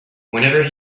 whenever